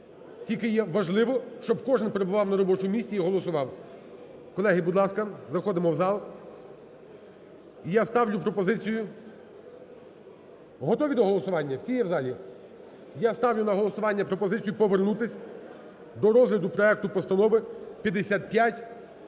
Тільки є важливо, щоб кожен перебував на робочому місці і голосував. Колеги, будь ласка, заходимо в зал. Я ставлю пропозицію. Готові до голосування? Всі є в залі? Я ставлю на голосування пропозицію повернутися до розгляду проекту постанови 5523.